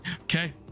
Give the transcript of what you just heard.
Okay